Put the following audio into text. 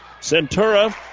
Centura